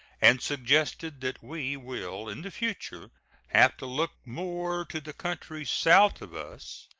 and suggested that we will in the future have to look more to the countries south of us,